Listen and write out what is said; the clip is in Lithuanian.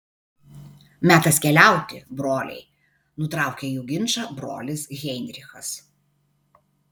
metas keliauti broliai nutraukė jų ginčą brolis heinrichas